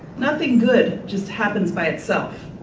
nothing good just happens by itself.